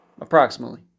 approximately